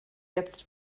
jetzt